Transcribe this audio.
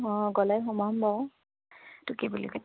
অঁ গ'লে সোমাম বাৰু এইটো কি বুলি কয়